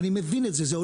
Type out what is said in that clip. ואני מבין את זה,